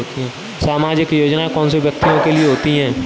सामाजिक योजना कौन से व्यक्तियों के लिए होती है?